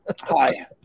Hi